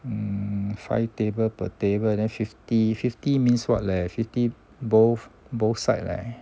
um five table per table then fifty fifty means what leh fifty both both side leh